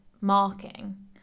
marking